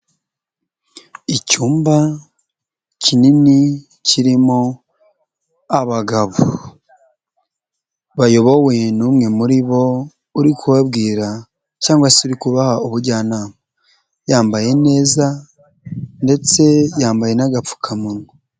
Icyumba kinini kirimo abagabo bayobowe n'umwe muri bo uri kubabwira cyangwa se kubaha ubujyanama, yambaye neza ndetse yambaye n'agapfukamunwa.